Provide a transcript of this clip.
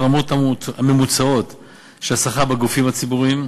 את הרמות הממוצעות של השכר בגופים הציבוריים.